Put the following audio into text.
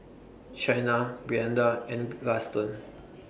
Shaina Brianda and Gaston